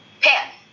Pan